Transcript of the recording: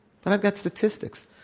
and got statistics.